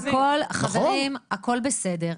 חברים, הכל בסדר.